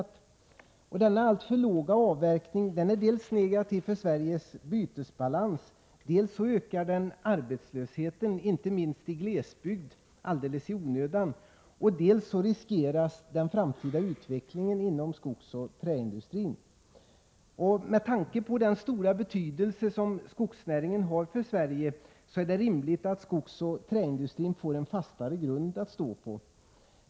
Det är så att denna alltför låga avverkning dels är negativ för Sveriges bytesbalans, dels ökar arbetslösheten, inte minst i glesbygd, alldeles i onödan. Dessutom riskeras den framtida utvecklingen inom skogsoch träindustrin. Med tanke på den stora betydelse som skogsnäringen har för Sverige är det rimligt att skogsoch träindustrin får en fastare grund att stå på.